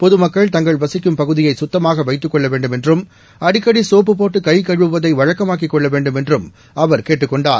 பொதுமக்கள் தங்கள் வசிக்கும் பகுதியை சுத்தமாக வைத்துக் கொள்ள வேண்டும் என்றும் அடிக்கடி சோப்பு போட்டு கைகழவுவதை வழக்கமாக்கிக் கொள்ள வேண்டும் என்றும் அவர் கேட்டுக் கொண்டார்